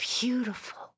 beautiful